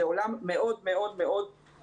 שהוא עולם מאוד מאוד מסודר,